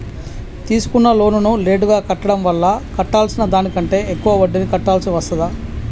తీసుకున్న లోనును లేటుగా కట్టడం వల్ల కట్టాల్సిన దానికంటే ఎక్కువ వడ్డీని కట్టాల్సి వస్తదా?